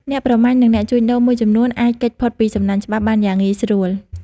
អ្នកប្រមាញ់និងអ្នកជួញដូរមួយចំនួនអាចគេចផុតពីសំណាញ់ច្បាប់បានយ៉ាងងាយស្រួល។